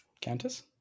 Countess